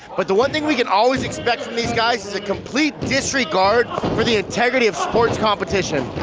but the one thing we can always expect from these guys is a complete disregard for thee integrity of sport competition.